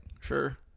Sure